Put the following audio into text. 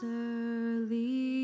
early